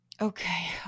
Okay